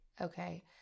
Okay